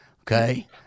okay